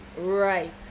right